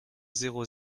zéro